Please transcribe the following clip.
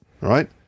Right